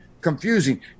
confusing